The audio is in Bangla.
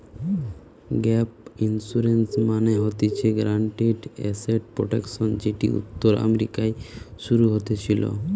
গ্যাপ ইন্সুরেন্স মানে হতিছে গ্যারান্টিড এসেট প্রটেকশন যেটি উত্তর আমেরিকায় শুরু হতেছিলো